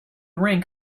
rink